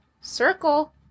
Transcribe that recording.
Circle